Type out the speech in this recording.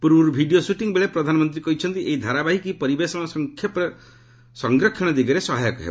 ପୂର୍ବରୁ video shooting ବେଳେ ପ୍ରଧାନମନ୍ତ୍ରୀ କହିଛନ୍ତି ଏହି ଧାରାବାହିକ ପରିବେଶ ସଂରକ୍ଷଣ ଦିଗରେ ସହାୟକ ହେବ